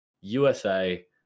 USA